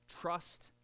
Trust